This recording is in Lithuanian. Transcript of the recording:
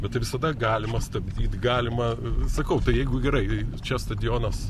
bet tai visada galima stabdyt galima sakau tai jeigu gerai čia stadionas